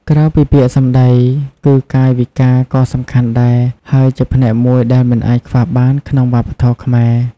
ក្រៅពីពាក្យសម្ដី គឺកាយវិការ ក៏សំខាន់ដែរ ហើយជាផ្នែកមួយដែលមិនអាចខ្វះបានក្នុងវប្បធម៌ខ្មែរ។